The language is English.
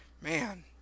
man